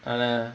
ah lah